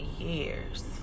years